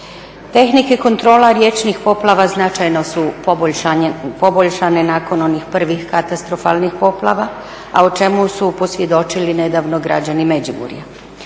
Tehnike kontrola riječnih poplava značajno su poboljšane nakon onih prvih katastrofalnih poplava, a o čemu su posvjedočili nedavno građani Međimurja.